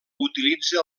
utilitza